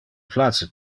place